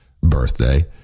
birthday